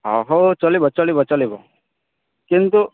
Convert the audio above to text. ହ ହଉ ଚଲିବ ଚଳିବ ଚଲିବ କିନ୍ତୁ